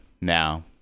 now